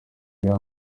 real